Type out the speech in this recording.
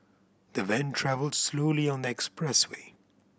the van travelled slowly on the expressway